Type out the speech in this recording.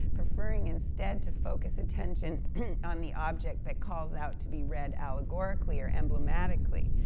preferring, instead, to focus attention on the object that calls out to be read allegorically, or emblematically,